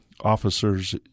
officers